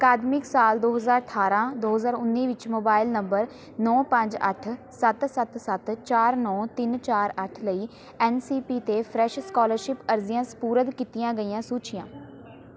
ਅਕਾਦਮਿਕ ਸਾਲ ਦੋ ਹਜ਼ਾਰ ਅਠਾਰਾਂ ਦੋ ਹਜ਼ਾਰ ਉੱਨੀ ਵਿੱਚ ਮੋਬਾਈਲ ਨੰਬਰ ਨੌ ਪੰਜ ਅੱਠ ਸੱਤ ਸੱਤ ਸੱਤ ਚਾਰ ਨੌ ਤਿੰਨ ਚਾਰ ਅੱਠ ਲਈ ਐੱਨ ਸੀ ਪੀ 'ਤੇ ਫਰੈਸ਼ ਸਕਾਲਰਸ਼ਿਪ ਅਰਜ਼ੀਆਂ ਸਪੁਰਦ ਕੀਤੀਆਂ ਗਈਆਂ ਸੂਚੀਆਂ